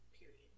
Period